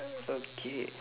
okay